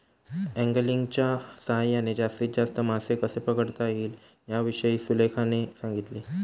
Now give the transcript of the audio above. अँगलिंगच्या सहाय्याने जास्तीत जास्त मासे कसे पकडता येतील याविषयी सुलेखाने सांगितले